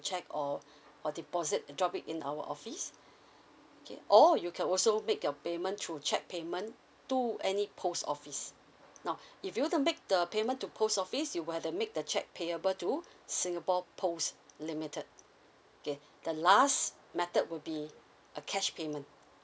cheque or or deposit drop it in our office okay or you can also make your payment through cheque payment to any post office now if you were to make the payment to post office you were have to make the cheque payable to singapore post limited okay the last method would be a cash payment